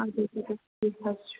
اَدٕ حظ اَدٕ حظ ٹھیٖک حظ چھُ